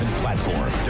platform